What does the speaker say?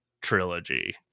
trilogy